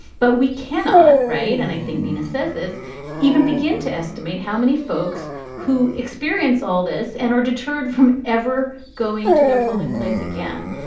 but we cannot. right. and i think nina says this even begin to estimate how many folks who experience all this and are deterred from ever going to their polling place again.